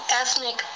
ethnic